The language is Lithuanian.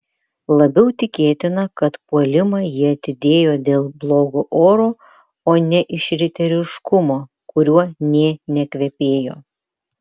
labiau tikėtina kad puolimą jie atidėjo dėl blogo oro o ne iš riteriškumo kuriuo nė nekvepėjo